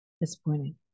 Disappointing